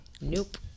Nope